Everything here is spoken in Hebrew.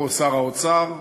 פה שר האוצר,